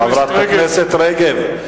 חברת הכנסת רגב,